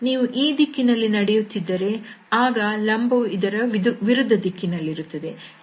ನೀವು ಈ ದಿಕ್ಕಿನಲ್ಲಿ ನಡೆಯುತ್ತಿದ್ದರೆ ಆಗ ಲಂಬವು ಇದರ ವಿರುದ್ಧ ದಿಕ್ಕಿನಲ್ಲಿರುತ್ತದೆ